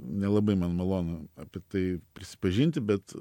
nelabai man malonu apie tai prisipažinti bet